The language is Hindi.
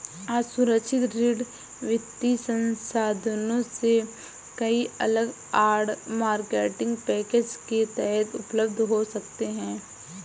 असुरक्षित ऋण वित्तीय संस्थानों से कई अलग आड़, मार्केटिंग पैकेज के तहत उपलब्ध हो सकते हैं